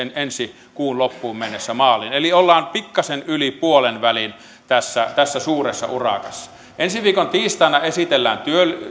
ensi kuun loppuun mennessä maaliin eli ollaan pikkasen yli puolen välin tässä tässä suuressa urakassa ensi viikon tiistaina esitellään